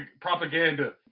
propaganda